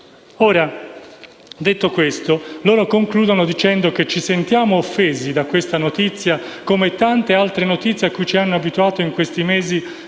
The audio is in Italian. Detto questo, essi concludono dicendo che: «Ci sentiamo offesi da questa notizia come da tante altre notizie cui ci hanno abituato in questi mesi